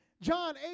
John